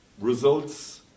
results